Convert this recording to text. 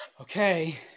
okay